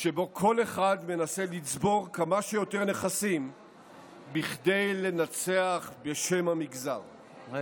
שבו כל אחד מנסה לצבור כמה שיותר נכסים כדי לנצח בשמו של המגזר,